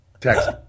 text